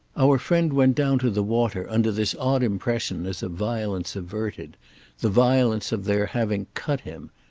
our friend went down to the water under this odd impression as of violence averted the violence of their having cut him,